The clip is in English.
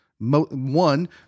one